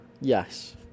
Yes